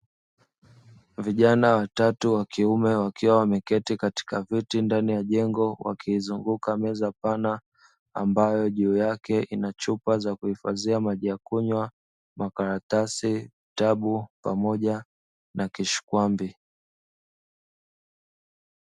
Vijana watatu wa kiume wakiwa wameketi katika viti ndani ya jengo wakiizunguka meza pana ambayo juu yake ina chupa za kuhifadhia maji ya kunywa, makaratasi, vitabu pamoja na kishkwambi.